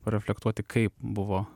reflektuoti kaip buvo